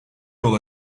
yol